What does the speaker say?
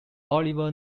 oliver